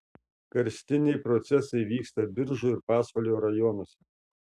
karstiniai procesai vyksta biržų ir pasvalio rajonuose